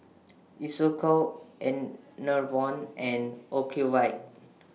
Isocal Enervon and Ocuvite